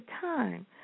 time